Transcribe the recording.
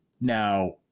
Now